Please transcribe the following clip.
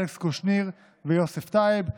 אלכס קושניר ויוסף טייב.